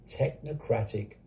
technocratic